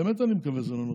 באמת אני מקווה שזה לא נכון.